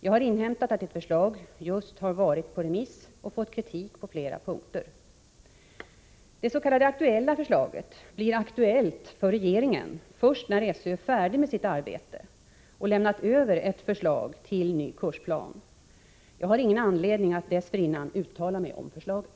Jag har inhämtat att ett förslag just har varit på remiss och fått kritik på flera punkter. Det ”aktuella” förslaget blir aktuellt för regeringen först när SÖ är färdig med sitt arbete och har lämnat över ett förslag till ny kursplan. Jag har ingen anledning att dessförinnan uttala mig om förslaget.